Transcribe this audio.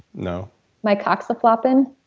no my-cock's-a-floppin'